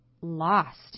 lost